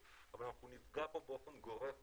אבל אנחנו נפגע פה באופן גורף בכלכלה.